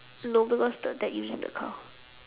no because the dad using the car